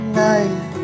night